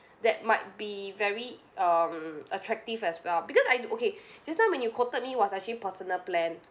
that might be very um attractive as well because I do okay just now when you quoted me it was actually personal plan